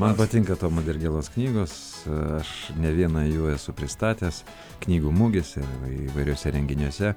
man patinka tomo dirgėlos knygos aš ne vieną jų esu pristatęs knygų mugėse įvairiuose renginiuose